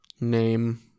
name